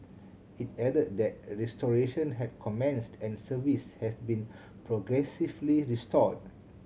it added that restoration had commenced and service has been progressively restored